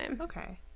Okay